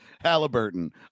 Halliburton